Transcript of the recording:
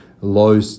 low